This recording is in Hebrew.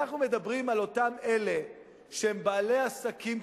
אנחנו מדברים על אותם אלה שהם בעלי עסקים קטנים,